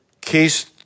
case